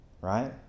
Right